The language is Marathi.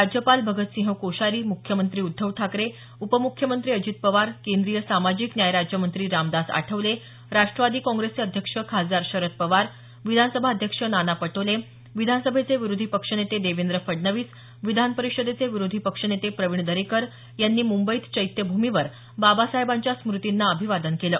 राज्यपाल भगतसिंह कोश्यारी मुख्यमंत्री उद्धव ठाकरे उपमुख्यमंत्री अजित पवार केंद्रीय सामाजिक न्याय राज्यमंत्री रामदास आठवले राष्ट्रवादी काँग्रेसचे अध्यक्ष खासदार शरद पवार विधानसभा अध्यक्ष नाना पटोले विधानसभेचे विरोधी पक्षनेते देवेंद्र फडणवीस विधान परिषदेचे विरोधीपक्ष नेते प्रवीण दरेकर यांनी मुंबईत चैत्यभूमीवर बाबासाहेबांच्या स्मूतींना अभिवादन केलं